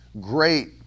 Great